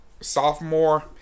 sophomore